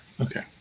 Okay